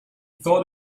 thought